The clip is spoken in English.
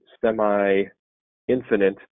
semi-infinite